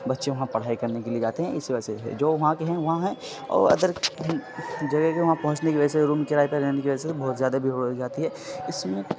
بچے وہاں پڑھائی کرنے کے لیے جاتے ہیں اسی وجہ سے ہے جو وہاں کے ہیں وہاں ہیں اور ادر جگہ کے وہاں پہنچنے کی وجہ سے روم کرائے پہ رہنے کی وجہ سے بہت زیادہ بھیڑ ہو جاتی ہے اس میں